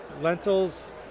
Lentils